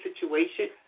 situation